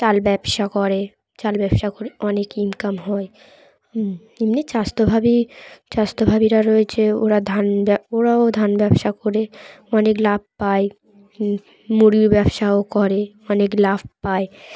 চাল ব্যবসা করে চাল ব্যবসা করে অনেক ইনকাম হয় এমনি স্বাস্থ্যভাবী স্বাস্থ্যভাবীরা রয়েছে ওরা ধান ওরাও ধান ব্যবসা করে অনেক লাভ পায় মুগির ব্যবসাও করে অনেক লাভ পায়